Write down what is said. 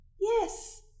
Yes